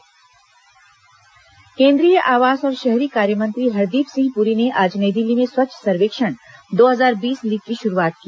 पुरी स्वच्छ भारत केंद्रीय आवास और शहरी कार्य मंत्री हरदीप सिंह पुरी ने आज नई दिल्ली में स्वच्छ सर्वेक्षण दो हजार बीस लीग की शुरुआत की